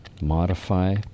modify